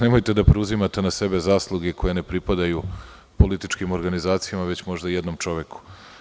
Nemojte da preuzimate na sebe zasluge koje ne pripadaju političkim organizacijama već možda jednom čoveku.